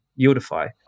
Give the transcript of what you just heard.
Yieldify